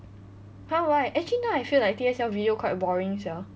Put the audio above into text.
!huh! why actually now I feel like T_S_L video quite boring sia